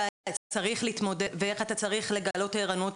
צריך להתמודד ואיך אתה צריך לגלות עירנות.